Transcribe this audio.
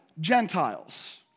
Gentiles